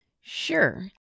Sure